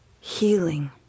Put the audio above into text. healing